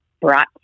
brought